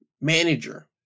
manager